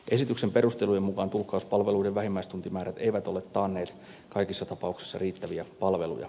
esityksen perustelujen mukaan tulkkauspalvelujen vähimmäistuntimäärät eivät ole taanneet kaikissa tapauksissa riittäviä palveluja